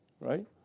right